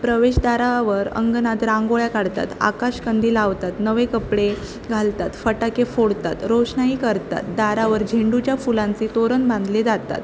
प्रवेशदारावर अंगणात रांगोळ्या काढतात आकाश कंदील लावतात नवे कपडे घालतात फटाके फोडतात रोषणाई करतात दारावर झेंडूच्या फुलांचे तोरण बांधले जातात